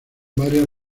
varias